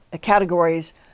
categories